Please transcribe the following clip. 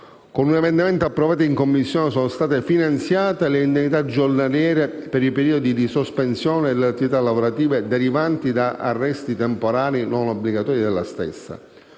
Con un emendamento approvato in Commissione, sono state finanziate le indennità giornaliere per i periodi di sospensione dell'attività lavorativa derivanti da arresti temporanei non obbligatori della stessa.